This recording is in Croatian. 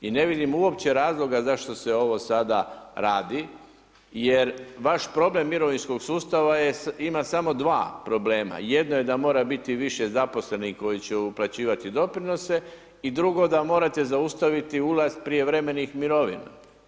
I ne vidim uopće razloga zašto se ovo sada radi jer vaš problem mirovinskog sustava je, ima samo dva problema jedno je da mora biti više zaposlenih koji će uplaćivati u doprinose i drugo da morate zaustaviti ulaz prijevremenih mirovina.